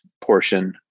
portion